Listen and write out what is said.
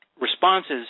Responses